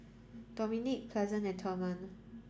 Dominick Pleasant and Thurman